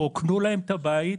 רוקנו להם את הבית.